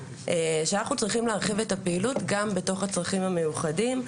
שאנחנו צריכים להרחיב את הפעילות גם בצרכים המיוחדים.